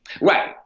Right